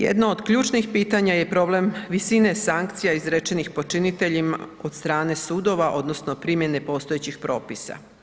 Jedno od ključnih pitanja je problem visine sankcija izrečenih počiniteljima od strane sudova odnosno primjene postojećih propisa.